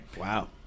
Wow